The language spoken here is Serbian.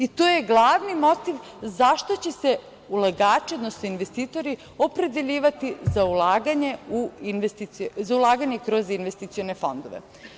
I to je glavni motiv za šta će se ulagači, odnosno investitori, opredeljivati za ulaganje kroz investicione fondove.